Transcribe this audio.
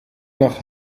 nach